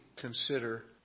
consider